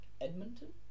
Edmonton